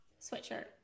sweatshirt